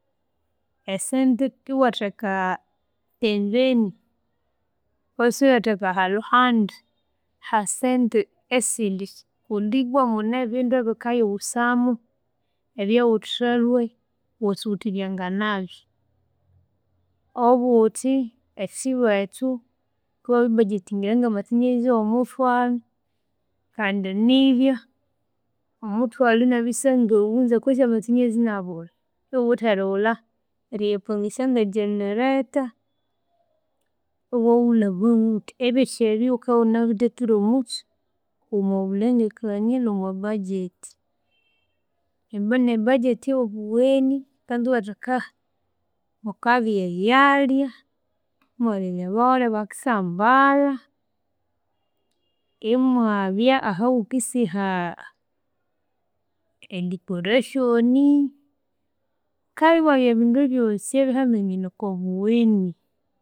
Esente iwatheka pempeni kwesi iwatheka halhuhandi hasente esindi kundibwa hanehu ebindu ebikayiwusamu ebyawuthalwe wasi wuthi byanganabya. Obuthi ekyiro ekyu wukabya wabibudgetingira nga masenyarazi womuthwalhu kandi nibya omuthwalu inabya sangawunza kwinzi amasenyerezi inabulha iwuwithe erighulha, eriyapanzisya ngegenerator iwabulha amaghutha. Ebyosi ebyu wukawunabitheire omukyi omwabulengekania nomwabudget. Neryu ibwa nebudget yobugheni kyikanza watheka, mukabya ebyalya, imwabya ebyabaghole bakisyambalha, imwabya ahawukisyiha e dicoration, kale imyabya ebindu byosi ebihambene okwabugheni